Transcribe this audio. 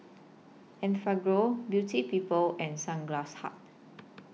Enfagrow Beauty People and Sunglass Hut